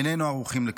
איננו ערוכים לכך.